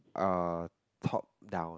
uh top down